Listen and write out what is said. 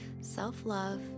self-love